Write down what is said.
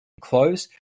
close